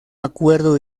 acuerdo